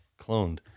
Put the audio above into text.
cloned